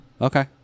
Okay